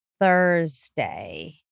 Thursday